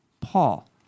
Paul